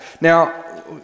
Now